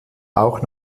auch